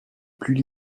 plus